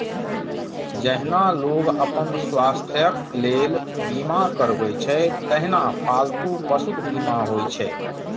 जहिना लोग अपन स्वास्थ्यक लेल बीमा करबै छै, तहिना पालतू पशुक बीमा होइ छै